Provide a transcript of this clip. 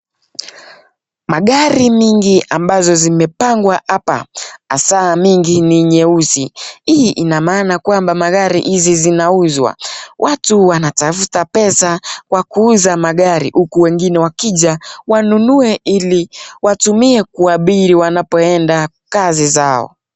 Magari mingi ambazo zimepangwa hapa hasa mingi ni nyeusi. Hii ina maana kwamba magari hizi zinauzwa. Watu wanatafuta pesa kwa kuuza magari huku wengine wakija wanunue ili watumie kuabiri wanapoenda kazi zao.